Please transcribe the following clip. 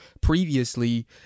previously